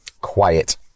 Quiet